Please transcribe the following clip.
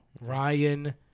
Ryan